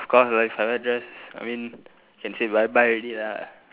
of course if I wear dress I mean can say bye bye already lah